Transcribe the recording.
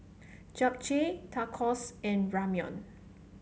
Japchae Tacos and Ramyeon